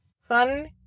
Fun